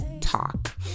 talk